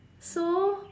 so